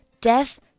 Death